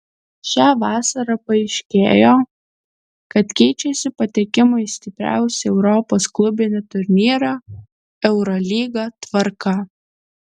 šią vasarą paaiškėjo kad keičiasi patekimo į stipriausią europos klubinį turnyrą eurolygą tvarka